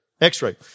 x-ray